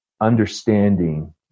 understanding